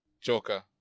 Joker